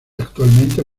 actualmente